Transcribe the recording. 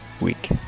week